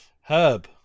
Herb